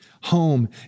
Home